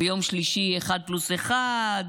ביום שלישי יהיה אחד פלוס אחד,